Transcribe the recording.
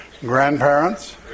grandparents